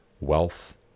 wealth